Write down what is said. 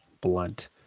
blunt